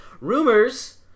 rumors